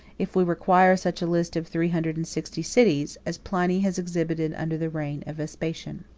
if we required such a list of three hundred and sixty cities, as pliny has exhibited under the reign of vespasian.